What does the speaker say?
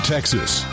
Texas